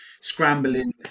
scrambling